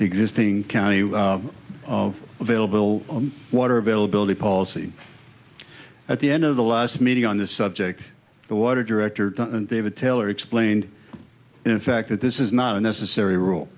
the existing county of available water availability policy at the end of the last meeting on the subject the water director david taylor explained in fact that this is not a necessary rule